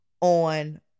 on